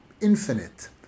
infinite